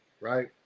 right